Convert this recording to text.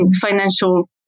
financial